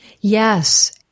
Yes